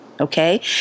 okay